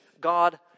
God